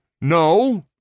no